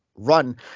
run